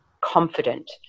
confident